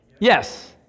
Yes